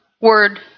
word